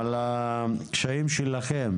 על הקשיים שלכם